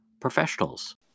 Professionals